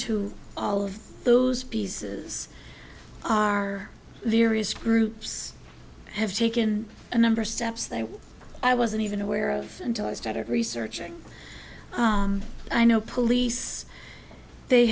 to all of those pieces are various groups have taken a number steps that i wasn't even aware of until i started researching i know police they